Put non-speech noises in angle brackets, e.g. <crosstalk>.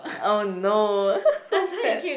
oh no <laughs> so sad